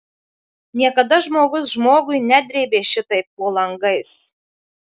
niekada žmogus žmogui nedrėbė šitaip po langais